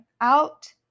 out